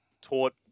taught